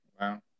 wow